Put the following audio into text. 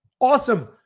Awesome